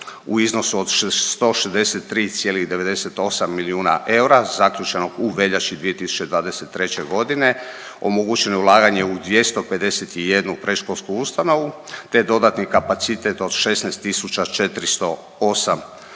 u iznosu od 163,98 milijuna eura zaključenog u veljači 2023. godine. Omogućeno je ulaganje u 251 predškolsku ustanovu, te dodatni kapacitet od 16408 novih